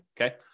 Okay